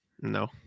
No